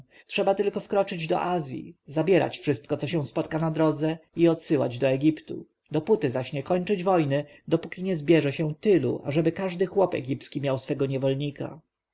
trzeba tylko wkroczyć do azji zabierać wszystko co się spotka na drodze i odsyłać do egiptu dopóty zaś nie kończyć wojny dopóki nie zbierze się tylu ażeby każdy chłop egipski miał swego niewolnika